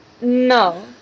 No